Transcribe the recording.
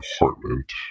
apartment